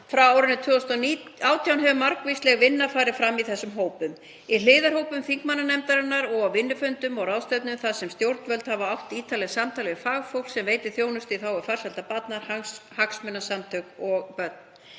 Frá árinu 2018 hefur margvísleg vinna farið fram í þessum hópum, í hliðarhópum þingmannanefndarinnar og á vinnufundum og ráðstefnum þar sem stjórnvöld hafa átt ítarlegt samtal við fagfólk sem veitir þjónustu í þágu farsældar barna, hagsmunasamtök og börn.